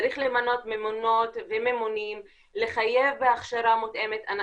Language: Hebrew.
צריך למנות ממונות וממונים, לחייב בהכשרה מותאמת.